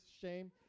Shame